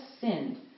sinned